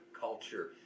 culture